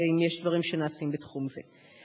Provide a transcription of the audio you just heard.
ואם יש דברים שנעשים בתחום זה.